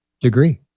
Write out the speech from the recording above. degree